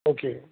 okay या